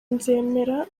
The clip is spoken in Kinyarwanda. nzemera